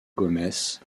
gomes